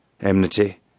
enmity